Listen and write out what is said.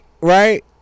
right